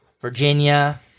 virginia